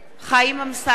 חיים אמסלם,